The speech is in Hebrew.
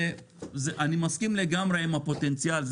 אני מסכים לגמרי עם הפוטנציאל.